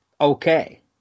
okay